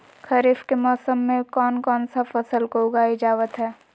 खरीफ के मौसम में कौन कौन सा फसल को उगाई जावत हैं?